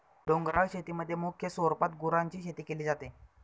डोंगराळ शेतीमध्ये मुख्य स्वरूपात गुरांची शेती केली जाते